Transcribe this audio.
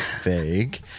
vague